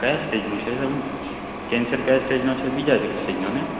કયા સ્ટેજનું છે કેન્સર કયા સ્ટેજનો છે બીજા સ્ટેજનો ને